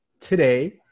today